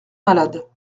malade